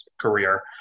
career